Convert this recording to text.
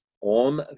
on